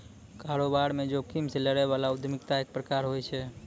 कारोबार म जोखिम से लड़ै बला उद्यमिता एक प्रकार होय छै